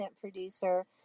producer